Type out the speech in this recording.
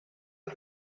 you